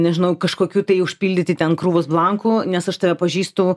nežinau kažkokių tai užpildyti ten krūvos blankų nes aš tave pažįstu